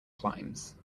climbs